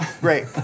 Great